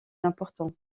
important